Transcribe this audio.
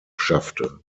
schaffte